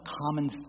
common